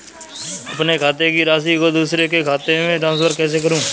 अपने खाते की राशि को दूसरे के खाते में ट्रांसफर कैसे करूँ?